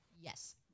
yes